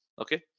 Okay